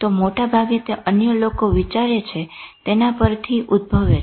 તો મોટાભાગે તે અન્ય લોકો વિચારે છે તેના પર થી ઉદ્ભવે છે